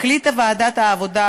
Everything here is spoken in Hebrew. החליטה ועדת העבודה,